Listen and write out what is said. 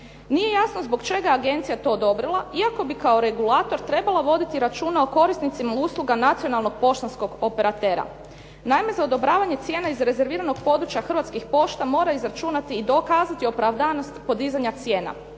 Nije jasno zbog čega je agencija to odobrila iako bi kao regulator trebala voditi računa o korisnicima usluga nacionalnog poštanskog operatera. Naime, za odobravanje cijena iz rezerviranog područja Hrvatskih pošta mora izračunati i dokazati opravdanost podizanja cijena.